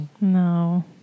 No